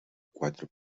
quatre